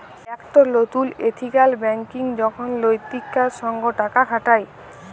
একট লতুল ethical banking এখন লৈতিকতার সঙ্গ টাকা খাটায়